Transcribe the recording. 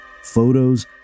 photos